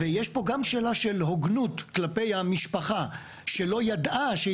ויש כאן גם שאלה של הוגנות כלפי המשפחה שלא ידעה את